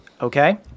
Okay